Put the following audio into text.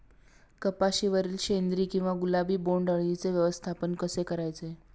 कपाशिवरील शेंदरी किंवा गुलाबी बोंडअळीचे व्यवस्थापन कसे करायचे?